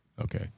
Okay